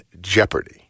jeopardy